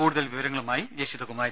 കൂടുതൽ വിവരങ്ങളുമായി ജഷിത കുമാരി